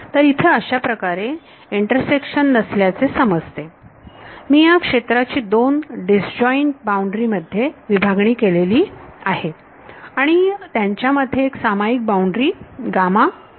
तर इथे अशाप्रकारे इंटरसेक्शन छेद नसल्याचे समजते मी या क्षेत्राची दोन डिसजॉईंट बाउंड्री मध्ये विभागणी केलेली आहे आणि त्यांच्यामध्ये एक सामायिक बाउंड्री आहे